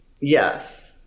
Yes